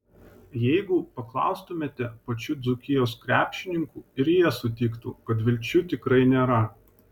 jeigu paklaustumėte pačių dzūkijos krepšininkų ir jie sutiktų kad vilčių tikrai nėra